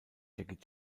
jackie